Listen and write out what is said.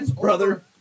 brother